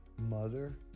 Mother